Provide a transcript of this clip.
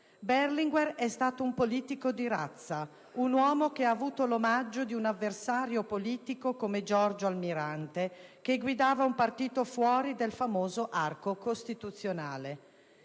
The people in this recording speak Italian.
Berlinguer è stato un politico di razza, un uomo che ha avuto l'omaggio di un avversario politico come Giorgio Almirante, che guidava un partito fuori dal famoso arco costituzionale.